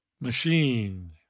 Machine